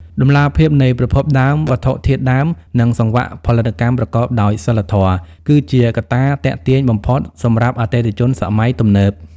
តម្លាភាពនៃប្រភពដើមវត្ថុធាតុដើម និងសង្វាក់ផលិតកម្មប្រកបដោយសីលធម៌ គឺជាកត្តាទាក់ទាញបំផុតសម្រាប់អតិថិជនសម័យទំនើប។